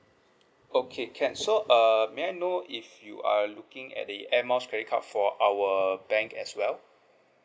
okay can so uh may I know if you are looking at the air miles credit card for our bank as well